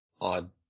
odd